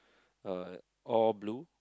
uh all blue